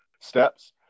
steps